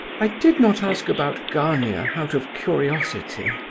i did not ask about gania out of curiosity,